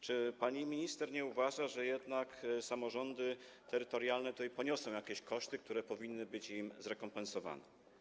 Czy pani minister nie uważa, że jednak samorządy terytorialne poniosą jakieś koszty, które powinny być im zrekompensowane?